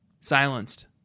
silenced